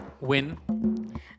Win